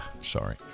Sorry